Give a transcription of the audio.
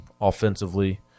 offensively